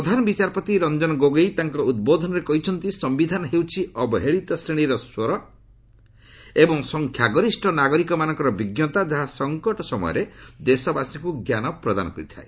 ପ୍ରଧାନ ବିଚାରପତି ରଞ୍ଜନ ଗୋଗୋଇ ତାଙ୍କ ଉଦ୍ବୋଧନରେ କହିଛନ୍ତି ସମ୍ଭିଧାନ ହେଉଛି ଅବହେଳିତ ଶ୍ରେଣୀର ସ୍ୱର ଏବଂ ସଂଖ୍ୟାଗରିଷ୍ଣ ନାଗରିକମାନଙ୍କର ବିଜ୍ଞତା ଯାହା ସଙ୍କଟ ସମୟରେ ଦେଶବାସୀଙ୍କୁ ଜ୍ଞାନ ପ୍ରଦାନ କରିଥାଏ